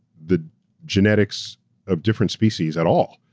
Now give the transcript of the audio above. the genetics of different species at all,